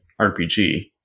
RPG